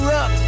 up